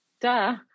Duh